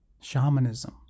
shamanism